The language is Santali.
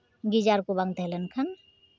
ᱜᱤᱡᱟᱨ ᱠᱚ ᱵᱟᱝ ᱛᱟᱦᱮᱸ ᱞᱮᱱᱠᱷᱟᱱ